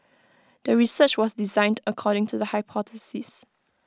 the research was designed according to the hypothesis